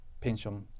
pension